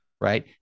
right